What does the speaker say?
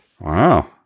Wow